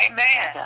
Amen